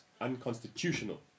unconstitutional